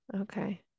okay